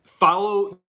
Follow